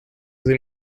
sie